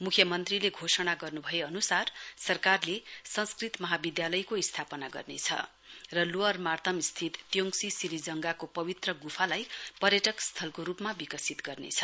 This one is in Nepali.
मुख्यमन्त्रीले घोषणा गर्नुभए अनुसार सरकारले संस्कृत महाविधालयको स्थापना गर्नेछ र लोवर मार्ताम स्थित त्योङसी सिरिजंगाको पवित्र गुफालाई पर्यटक स्थलको रुपमा विकसित गर्नेछ